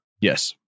yes